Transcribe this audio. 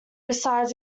resides